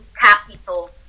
capital